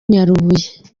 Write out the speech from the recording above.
nyarubuye